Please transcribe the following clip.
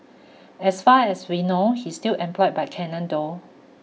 as far as we know he's still employed by Canon though